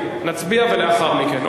ולאחר מכן.